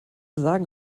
sagen